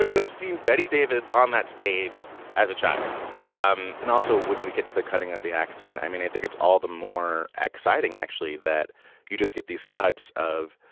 i've seen betty davis on that stage as a child um and also when we get to the cutting of the accident. i mean, i think it's all the more exciting, actually, that you just get these cuts of,